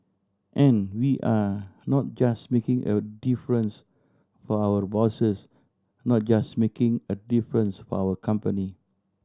and we are not just making a difference for our bosses not just making a difference for our company